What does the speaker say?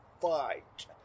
fight